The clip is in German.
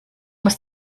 muss